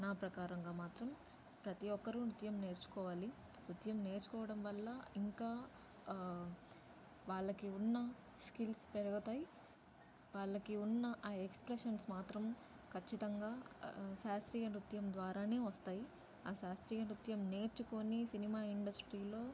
నా ప్రకారంగా మాత్రం ప్రతీ ఒక్కరూ నృత్యం నేర్చుకోవాలి నృత్యం నేర్చుకోవడం వల్ల ఇంకా వాళ్ళకి ఉన్న స్కిల్స్ పెరగతాయ్ వాళ్ళకి ఉన్న ఆ ఎక్స్ప్రెషన్స్ మాత్రం ఖచ్చితంగా శాస్త్రీయ నృత్యం ద్వారానే వస్తాయి ఆ శాస్త్రీయ నృత్యం నేర్చుకోని సినిమా ఇండస్ట్రీలో